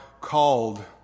called